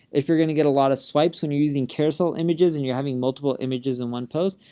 if you're going to get a lot of swipes, when you're using carousel images and you're having multiple images in one post,